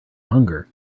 hunger